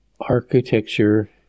architecture